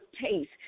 taste